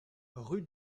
rue